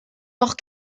noch